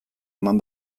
eman